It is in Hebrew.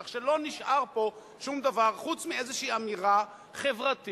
כך שלא נשאר פה שום דבר חוץ מאיזו אמירה חברתית